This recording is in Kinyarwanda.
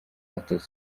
atoza